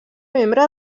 membre